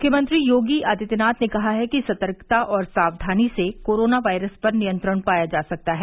मुख्यमंत्री योगी आदित्यनाथ ने कहा है कि सतर्कता व सावधानी से कोरोना वायरस पर नियंत्रण पाया जा सकता है